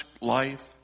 life